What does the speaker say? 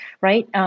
right